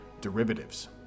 derivatives